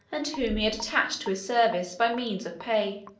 and whom he had attached to his service by means of pay.